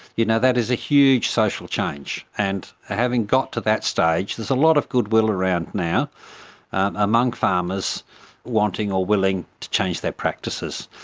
you know, that is a huge social change and having got to that stage, there's a lot of good will around now among farmers wanting or willing to change their practices.